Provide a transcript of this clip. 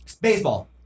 Baseball